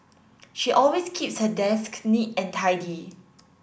she always keeps her desk neat and tidy